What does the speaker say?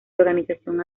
organización